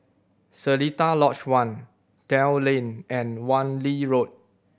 Seletar Lodge One Dell Lane and Wan Lee Road